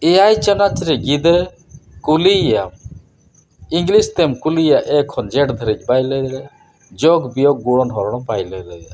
ᱮᱭᱟᱭ ᱪᱟᱱᱟᱪ ᱨᱮᱱ ᱜᱤᱫᱟᱹᱨ ᱠᱩᱞᱤᱭᱭᱟᱢ ᱤᱝᱞᱤᱥ ᱛᱮᱢ ᱠᱩᱞᱤᱭᱭᱟ ᱮᱹ ᱠᱷᱚᱱ ᱡᱮᱹᱰ ᱫᱷᱟᱹᱨᱤᱡ ᱵᱟᱭ ᱞᱟᱹᱭ ᱫᱟᱲᱮᱭᱟᱜᱼᱟ ᱡᱳᱜᱽ ᱵᱤᱭᱳᱜᱽ ᱜᱩᱱ ᱦᱚᱸ ᱵᱟᱭ ᱞᱟᱹᱭ ᱫᱟᱲᱮᱭᱟᱜᱼᱟ